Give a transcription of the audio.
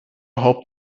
hope